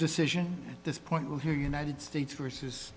decision at this point will hear united states versus